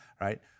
Right